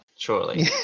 Surely